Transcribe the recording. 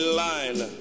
line